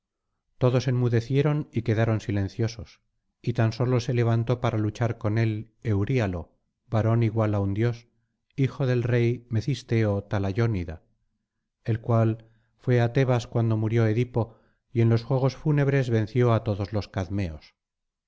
todos enmudecieron y quedaron silenciosos y tan sólo se levantó para luchar con él euríalo varón igual á un dios hijo del rey mecisteo talayónida el cual fué á tebas cuando murió edipo y en los juegos fúnebres venció á todos los cadmeos